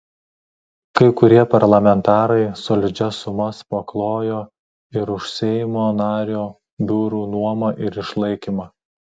kai kurie parlamentarai solidžias sumas paklojo ir už seimo nario biurų nuomą ir išlaikymą